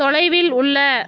தொலைவில் உள்ள